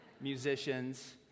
musicians